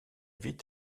vite